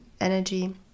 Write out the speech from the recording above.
energy